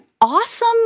awesome